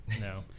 No